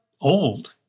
old